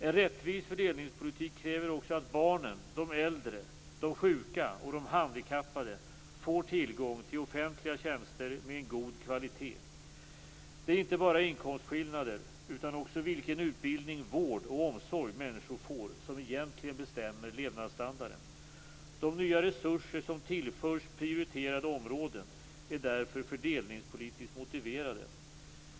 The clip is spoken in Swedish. En rättvis fördelningspolitik kräver också att barnen, de äldre, de sjuka och de handikappade får tillgång till offentliga tjänster med en god kvalitet. Det är inte bara inkomstskillnader utan också vilken utbildning, vård och omsorg människor får som egentligen bestämmer levnadsstandarden. De nya resurser som tillförs prioriterade områden är därför fördelningspolitiskt motiverade.